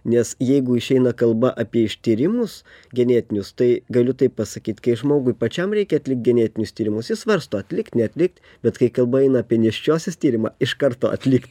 nes jeigu išeina kalba apie ištyrimus genetinius tai galiu tai pasakyt kai žmogui pačiam reikia atlikt genetinius tyrimus jis svarsto atlikt neatlikt bet kai kalba eina apie nėščiosios tyrimą iš karto atlikt